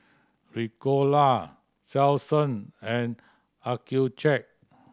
Ricola Selsun and Accucheck